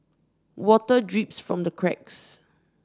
water drips from the cracks